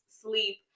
sleep